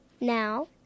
now